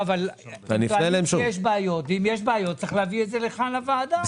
אם יש בעיות צריך להביא את זה לוועדה.